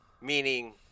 Meaning